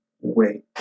Wait